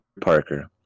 Parker